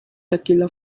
tequila